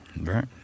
Right